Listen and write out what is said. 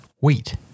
wheat